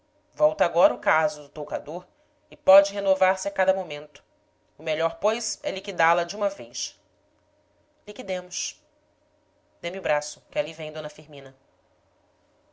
volta agora o caso do toucador e pode renovar se a cada momento o melhor pois é liquidá la de uma vez liquidemos dê-me o braço que ali vem d firmina